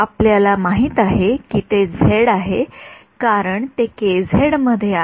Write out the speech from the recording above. आपल्याला माहित आहे की ते झेड आहे कारण ते मध्ये आहे मग ते झेडआहे